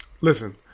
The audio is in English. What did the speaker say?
listen